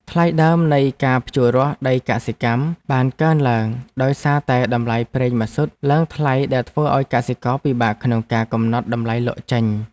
ថ្លៃដើមនៃការភ្ជួររាស់ដីកសិកម្មបានកើនឡើងដោយសារតែតម្លៃប្រេងម៉ាស៊ូតឡើងថ្លៃដែលធ្វើឱ្យកសិករពិបាកក្នុងការកំណត់តម្លៃលក់ចេញ។